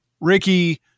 Ricky